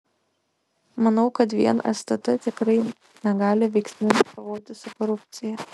manau kad vien stt tikrai negali veiksmingai kovoti su korupcija